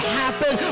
happen